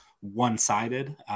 one-sided